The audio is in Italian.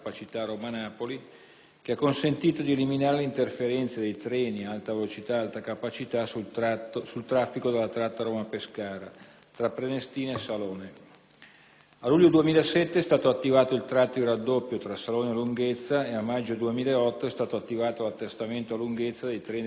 che ha consentito di eliminare le interferenze dei treni AV/AC sul traffico della tratta Roma-Pescara tra Prenestina e Salone. A luglio 2007, è stato attivato il tratto di raddoppio tra Salone e Lunghezza e, a maggio 2008, è stato attivato l'attestamento a Lunghezza dei treni della linea Roma-Guidonia.